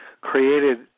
created